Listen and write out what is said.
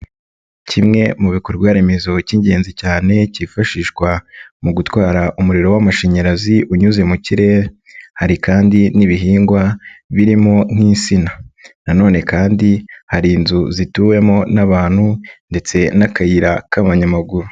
Kimwe mu bikorwa remezo cy'ingenzi cyane, cyifashishwa mu gutwara umuriro w'amashanyarazi, unyuze mu kirere, hari kandi n'ibihingwa, birimo nk'insina na none kandi hari inzu zituwemo n'abantu ndetse n'akayira k'abanyamaguru.